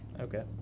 Okay